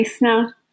now